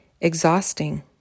exhausting